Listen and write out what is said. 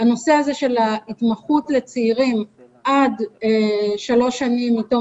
נושא ההתמחות לצעירים עד שלוש שנים מתום